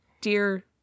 dear